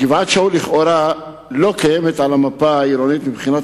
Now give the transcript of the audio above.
גבעת-שאול לכאורה לא קיימת על המפה העירונית מבחינת